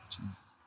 Jesus